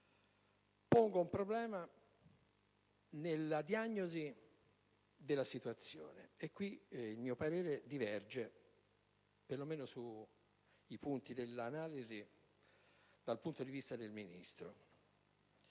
pongo un problema in merito alla diagnosi della situazione e, a tal proposito, il mio parere diverge, perlomeno sui punti dell'analisi, dal punto di vista del Ministro.